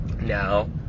now